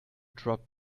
drop